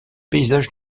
paysage